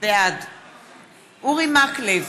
בעד אורי מקלב,